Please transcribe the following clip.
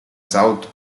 south